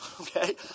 okay